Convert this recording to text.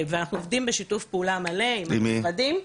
ואנחנו עובדים בשיתוף פעולה מלא עם המשרדים,